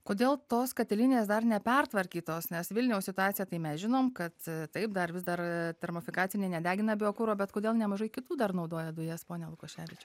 kodėl tos katilinės dar nepertvarkytos nes vilniaus situaciją tai mes žinom kad taip dar vis dar termofikacinė nedegina biokuro bet kodėl nemažai kitų dar naudoja dujas pone lukoševičiau